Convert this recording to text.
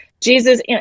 Jesus